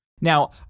Now